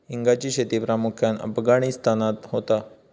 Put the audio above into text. हिंगाची शेती प्रामुख्यान अफगाणिस्तानात होता